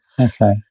Okay